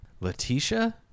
letitia